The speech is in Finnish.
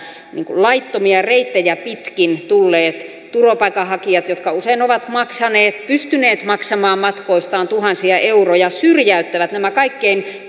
laittomia reittejä pitkin tulleet turvapaikanhakijat jotka usein ovat pystyneet maksamaan matkoistaan tuhansia euroja syrjäyttävät nämä kaikkein